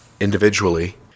individually